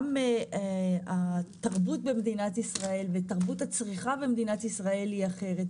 גם התרבות במדינת ישראל ותרבות הצריכה במדינת ישראל היא אחרת.